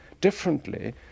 differently